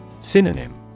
Synonym